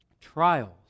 trials